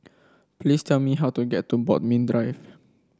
please tell me how to get to Bodmin Drive